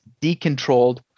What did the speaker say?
decontrolled